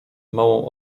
małą